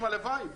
הלוואי,